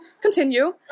continue